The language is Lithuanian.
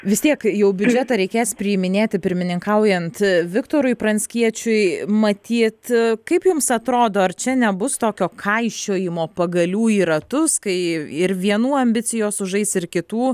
vis tiek jau biudžetą reikės priiminėti pirmininkaujant viktorui pranckiečiui matyt kaip jums atrodo ar čia nebus tokio kaišiojimo pagalių į ratus kai ir vienų ambicijos sužais ir kitų